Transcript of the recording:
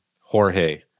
Jorge